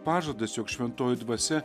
pažadas jog šventoji dvasia